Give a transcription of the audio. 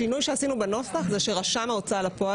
השינוי שעשינו זה שרשם ההוצאה לפועל,